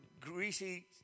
greasy